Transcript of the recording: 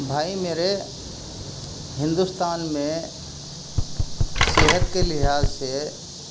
بھائی میرے ہندوستان میں صحت کے لحاظ سے